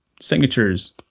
signatures